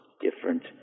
different